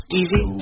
easy